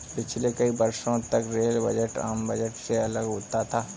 पिछले कई वर्षों तक रेल बजट आम बजट से अलग होता था